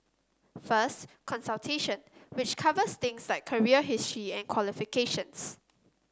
first consultation which covers things like career history and qualifications